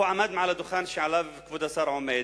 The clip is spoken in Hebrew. הוא עמד מעל הדוכן שעליו כבוד השר עומד